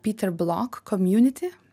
peter block community